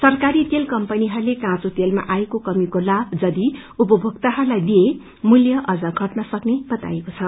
सरकारी तेल कम्पनीहस्ले काँचो तेलमा आएको कमीको लाभपछि यदि उपभोक्ताहरूलाई दिइए यसके मूल्यहरू अझ घटन सक्ने बताइएको छ